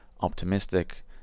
optimistic